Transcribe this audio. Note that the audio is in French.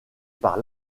par